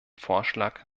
vorschlag